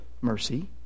Mercy